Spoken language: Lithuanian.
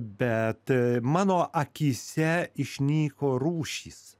bet mano akyse išnyko rūšys